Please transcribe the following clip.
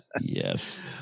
yes